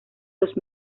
los